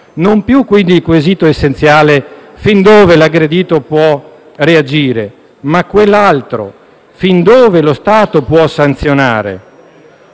non più quindi è quesito essenziale fin dove l'aggredito può reagire, ma quell'altro, ossia fin dove lo Stato può sanzionare.